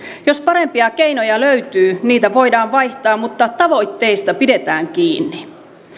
jos parempia keinoja löytyy niitä voidaan vaihtaa mutta tavoitteista pidetään kiinni